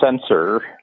sensor